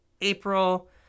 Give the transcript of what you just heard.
April